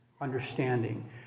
understanding